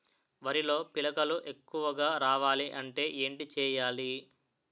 వరిలో పిలకలు ఎక్కువుగా రావాలి అంటే ఏంటి చేయాలి?